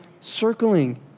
circling